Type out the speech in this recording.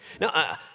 Now